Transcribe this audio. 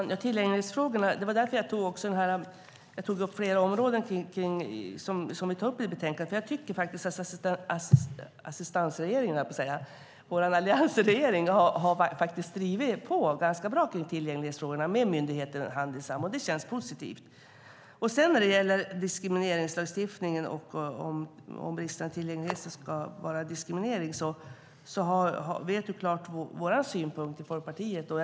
Herr talman! När det gäller tillgänglighetsfrågorna tog jag upp flera områden som vi tar upp i betänkandet. Jag tycker att Alliansregeringen har drivit på bra i tillgänglighetsfrågorna med myndigheten Handisam, vilket känns positivt. Vad gäller frågan om huruvida bristande tillgänglighet ska vara diskriminering vet Lennart Axelsson Folkpartiets synpunkt.